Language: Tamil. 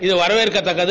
இது வரவேற்கத்தக்கது